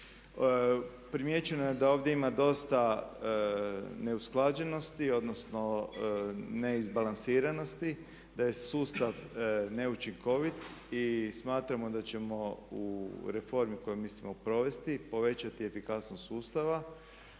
Primijećeno je da ovdje ima dosta neusklađenosti, odnosno neizbalansiranosti, da je sustav neučinkovit i smatramo da ćemo u reformi koju mislimo provesti povećati efikasnost sustava